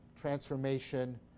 transformation